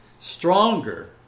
stronger